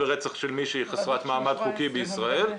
ברצח של מי שהיא חסרת מעמד חוקי בישראל.